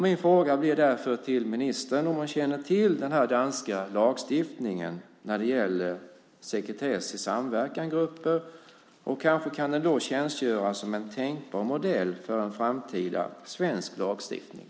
Min fråga till ministern blir därför om hon känner till den här danska lagstiftningen när det gäller sekretess i samverkansgrupper. Kanske kan den då tjänstgöra som en tänkbar modell för en framtida svensk lagstiftning.